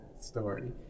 story